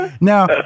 Now